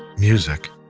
music,